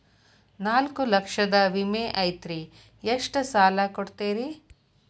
ನಾಲ್ಕು ಲಕ್ಷದ ವಿಮೆ ಐತ್ರಿ ಎಷ್ಟ ಸಾಲ ಕೊಡ್ತೇರಿ?